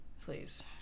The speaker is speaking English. Please